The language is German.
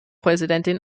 präsidentin